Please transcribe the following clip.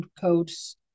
codes